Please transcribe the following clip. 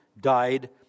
died